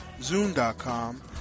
Zoom.com